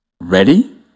Ready